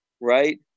Right